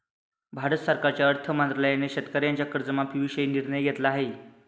भारत सरकारच्या अर्थ मंत्रालयाने शेतकऱ्यांच्या कर्जमाफीविषयी निर्णय घेतला आहे